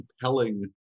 compelling